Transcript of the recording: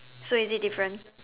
so is it different